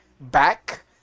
back